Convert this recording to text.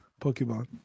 Pokemon